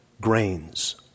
grains